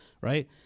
right